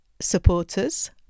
supporters